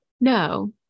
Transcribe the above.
no